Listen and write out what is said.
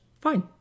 fine